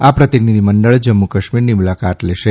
આ પ્રતિનિધિમંડળ જમ્મુ કાશ્મીરની મુલાકાત લેશે